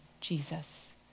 Jesus